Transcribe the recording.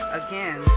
again